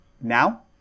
now